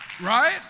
right